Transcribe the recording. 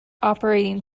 operating